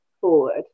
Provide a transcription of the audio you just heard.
forward